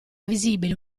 visibile